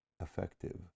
effective